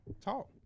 Talk